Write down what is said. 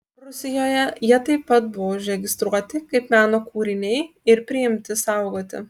rusijoje jie taip pat buvo užregistruoti kaip meno kūriniai ir priimti saugoti